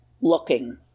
looking